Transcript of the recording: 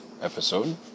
episode